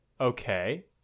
okay